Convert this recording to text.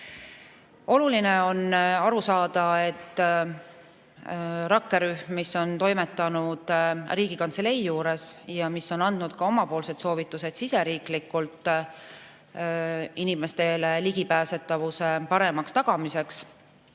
Oluline on aru saada, et rakkerühm, mis on toimetanud Riigikantselei juures ja andnud ka omapoolsed soovitused siseriiklikult inimestele ligipääsetavuse paremaks tagamiseks,